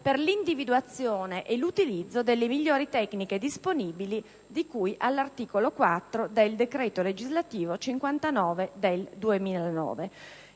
per l'individuazione e l'utilizzo delle migliori tecniche disponibili» di cui all'articolo 4 del decreto legislativo n. 59 del 2009.